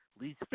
least